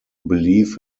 believe